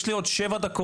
יש לי עוד שבע דקות,